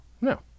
no